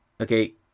okay